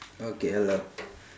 okay hello